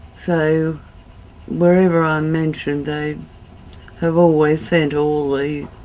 so wherever i'm mentioned, they have always sent all the